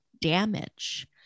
damage